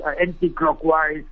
anti-clockwise